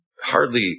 hardly